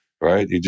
right